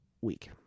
week